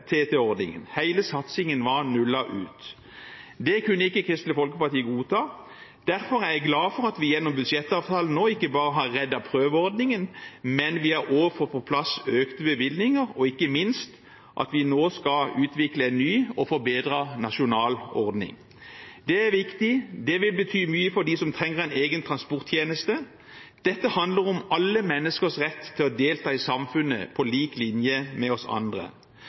Hele satsingen var nullet ut. Det kunne ikke Kristelig Folkeparti godta. Derfor er jeg glad for at vi gjennom budsjettavtalen nå ikke bare har reddet prøveordningen, men òg har fått på plass økte bevilgninger, og ikke minst at vi nå skal utvikle en ny og forbedret nasjonal ordning. Det er viktig. Det vil bety mye for dem som trenger en egen transporttjeneste. Dette handler om alle menneskers rett til å delta i samfunnet på lik linje med oss andre.